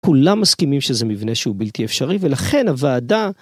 כולם מסכימים שזה מבנה שהוא בלתי אפשרי, ולכן הוועדה...